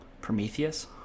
Prometheus